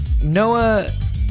Noah